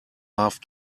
half